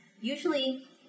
usually